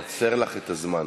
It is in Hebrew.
אני עוצר לך את הזמן.